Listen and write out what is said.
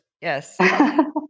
yes